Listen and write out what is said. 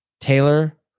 Taylor